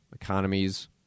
economies